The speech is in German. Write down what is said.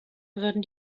würden